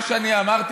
מה שאמרתי,